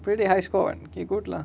pretty high score okay good lah